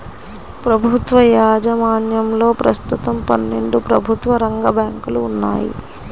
ప్రభుత్వ యాజమాన్యంలో ప్రస్తుతం పన్నెండు ప్రభుత్వ రంగ బ్యాంకులు ఉన్నాయి